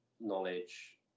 knowledge